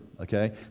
Okay